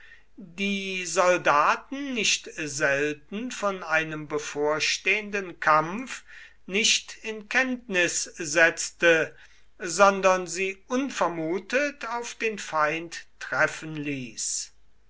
die soldaten nicht selten von einem bevorstehenden kampf nicht in kenntnis setzte sondern sie unvermutet auf den feind treffen ließ